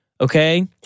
okay